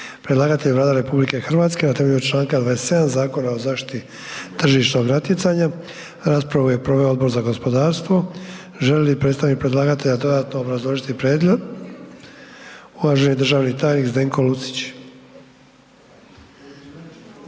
Predlagatelj je Vlada RH na temelju čl. 27. Zakona o zaštiti tržišnog natjecanja. Raspravu je proveo Odbor za gospodarstvo. Želi li predstavnik predlagatelja dodatno obrazložiti prijedlog? Uvaženi državni tajnik Zdenko Lucić.